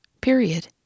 period